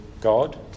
God